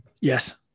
Yes